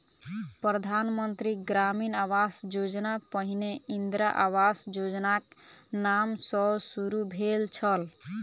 प्रधान मंत्री ग्रामीण आवास योजना पहिने इंदिरा आवास योजनाक नाम सॅ शुरू भेल छल